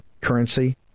currency